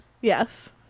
Yes